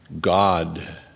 God